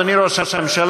אדוני ראש הממשלה,